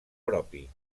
propi